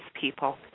people